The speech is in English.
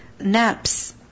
naps